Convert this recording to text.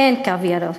אין קו ירוק.